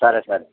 సరే సరే